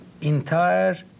entire